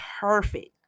perfect